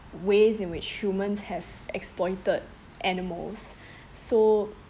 ways in which humans have exploited animals so